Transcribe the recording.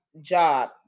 job